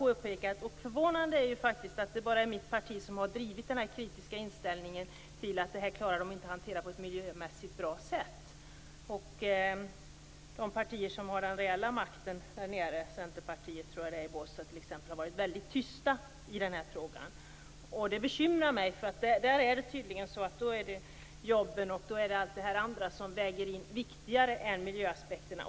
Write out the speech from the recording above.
Det är förvånande att det bara är mitt parti som har haft denna kritiska inställning och inte trott att det skulle gå att hantera bygget på ett miljömässigt bra sätt. Det parti som har den reella makten i Båstad - Centerpartiet tror jag att det är - har varit väldigt tyst i denna fråga. Det bekymrar mig. Jobben, t.ex., är tydligen viktigare än miljöaspekterna.